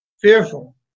fearful